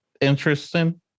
interesting